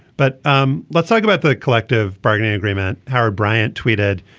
but um let's talk about the collective bargaining agreement. howard bryant tweeted.